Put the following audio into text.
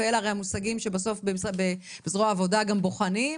ואלה המושגים שבסופו של דבר במשרד זרוע העבודה גם בוחנים,